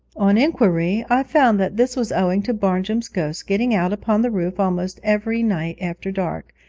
on inquiry i found that this was owing to barnjum's ghost getting out upon the roof almost every night after dark,